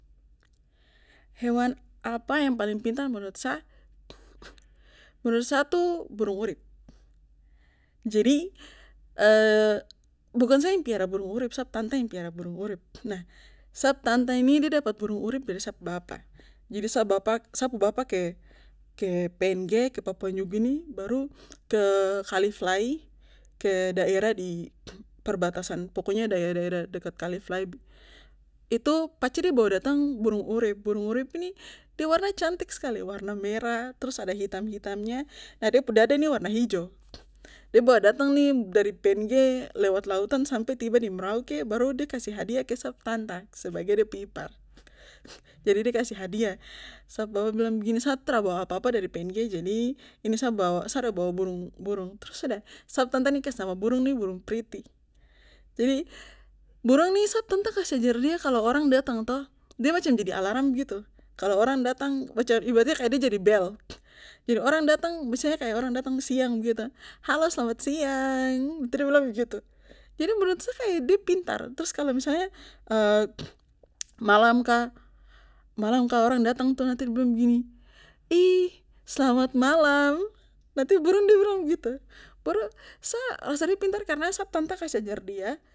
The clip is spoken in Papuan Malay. hewan apa yang paling pintar menurut sa menurut sa itu burung urip jadi bukan sa yang piara burung urip sap tanta yang piara burung urip nah sap tanta ini de dapat burung dari sap bapa jadi sa bapa sa pu bapa ke ke png ke papua nugini baru ke kali fly ke daerah di perbatasan pokonya daerah daerah dekat kali fly, itu pace de bawa datang burung urip burung urip ni de warna cantik skali warna merah trus ada hitam hitamnya na de pu dada ni warna hijo de bawa datang ni dari png lewat lautan sampe tiba di merauke baru de kasi hadiah ke sap tanta sebagai dep ipar jadi de kasih hadiah sap bapa bilang begini sa tra bawa apa apa dari png jadi ini sa bawa sa ada bawa burung burung trus sudah sap tanta ni kas nama burung ni burung priti jadi burung ni sap tanta kas ajar dia kalo orang datang toh de macam jadi alaram begitu kalo orang datang macam ibaratnya de jadi bel jadi orang datang misalnya kaya orang datang siang begitu halo slamat siang itu de bilng begitu jadi menurut sa kaya de pintar trus kalo misalnya malam kah malam kah orang datang tu nanti de bilang begini ih selamat malam nanti burung de bilang begitu baru sa rasa de pintar karna sap tanta kasih ajar dia